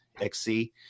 XC